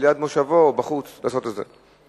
על-יד מושבו בחוץ, לעשות את זה.